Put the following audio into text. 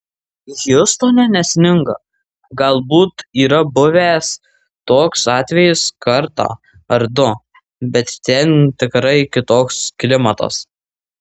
hjustone nesninga galbūt yra buvęs toks atvejis kartą ar du bet ten tikrai kitoks klimatas